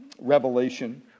Revelation